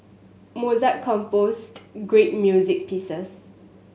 Mozart composed great music pieces